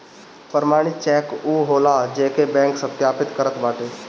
प्रमाणित चेक उ होला जेके बैंक सत्यापित करत बाटे